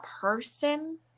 person